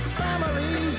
family